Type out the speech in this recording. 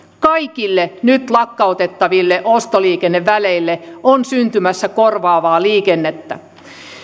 kaikille nyt lakkautettaville ostoliikenneväleille on syntymässä korvaavaa liikennettä